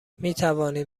میتوانیم